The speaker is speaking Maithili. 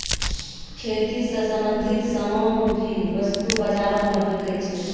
खेती स संबंछित सामान भी वस्तु बाजारो म बिकै छै